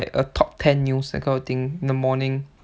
have like a top ten news that kind of thing in the morning